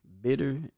bitter